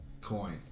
coin